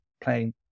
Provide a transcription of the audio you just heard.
playing